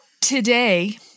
today